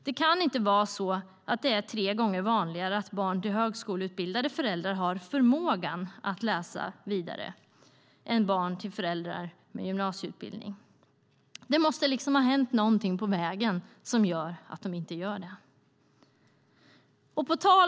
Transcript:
Det kan inte vara så att det är tre gånger vanligare att barn till högskoleutbildade föräldrar har förmågan att läsa vidare jämfört med barn till föräldrar med gymnasieutbildning. Det måste ha hänt något på vägen som gör att de inte gör det.